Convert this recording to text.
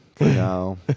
No